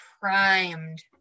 primed